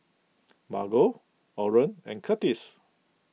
Margo Oren and Kurtis